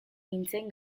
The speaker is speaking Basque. nintzen